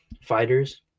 fighters